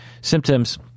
symptoms